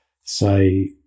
say